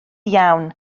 iawn